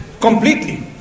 Completely